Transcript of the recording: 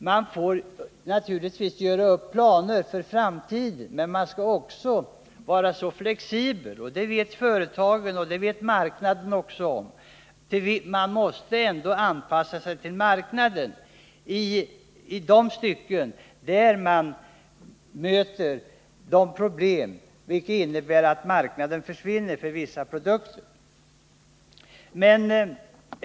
Vi måste naturligtvis göra upp planer för framtiden, men vi måste också vara flexibla — det vet man ute på marknaden och inom företaget — och anpassa oss till marknaden när vi möter problem som innebär att efterfrågan försvinner för vissa produkter.